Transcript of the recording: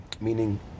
meaning